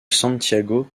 santiago